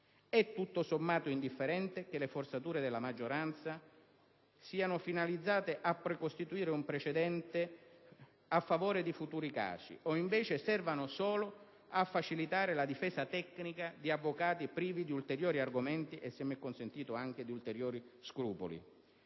È tutto sommato indifferente che le forzature della maggioranza siano finalizzate a precostituire un precedente a favore di futuri casi o invece servano solo a facilitare la difesa tecnica di avvocati privi di ulteriori argomenti e, se mi è consentito, anche di ulteriori scrupoli.